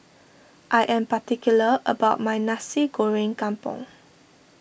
I am particular about my Nasi Goreng Kampung